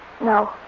No